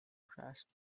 grasp